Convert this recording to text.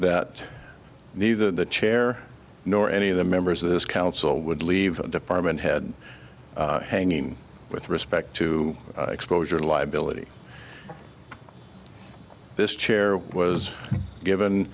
that neither the chair nor any of the members of this council would leave a department head hanging with respect to exposure liability this chair was given